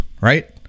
right